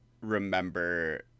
remember